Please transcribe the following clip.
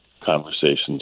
conversations